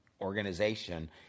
organization